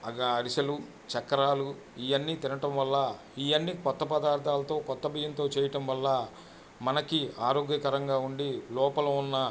అరిసెలు చక్రాలు ఇవన్నీ తినటం వల్ల ఇవన్నీ కొత్త పదార్థాలతో కొత్త బియ్యంతో చేయటం వల్ల మనకి ఆరోగ్యకరంగా ఉండి లోపల ఉన్న